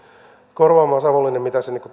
korvaamaan savonlinnalle mitä se